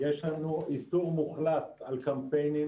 יש לנו איסור מוחלט על קמפיינים.